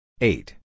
Eight